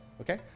okay